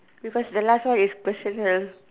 because the last one is personal